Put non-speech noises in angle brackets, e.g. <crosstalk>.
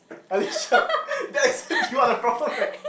Alicia <laughs> that is you are the problem leh